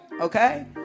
okay